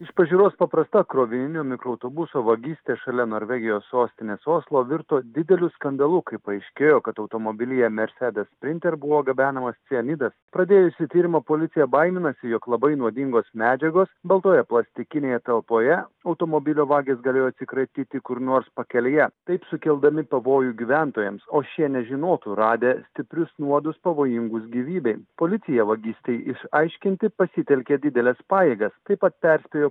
iš pažiūros paprasta krovininio mikroautobuso vagystė šalia norvegijos sostinės oslo virto dideliu skandalu kai paaiškėjo kad automobilyje mersedes sprinter buvo gabenamas cianidas pradėjusi tyrimą policija baiminasi jog labai nuodingos medžiagos baltoje plastikinėje talpoje automobilio vagys galėjo atsikratyti kur nors pakelėje taip sukeldami pavojų gyventojams o šie nežinotų radę stiprius nuodus pavojingus gyvybei policija vagystei išaiškinti pasitelkė dideles pajėgas taip pat perspėjo